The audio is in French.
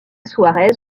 suárez